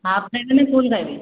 half ଖାଇବେ ନା full ଖାଇବେ